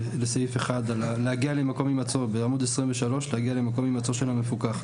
3ה(1) בעמוד 23 "להגיע למקום הימצאו של המפוקח".